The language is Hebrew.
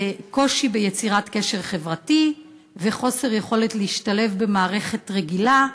קושי ביצירת קשר חברתי וחוסר יכולת להשתלב במערכת רגילה.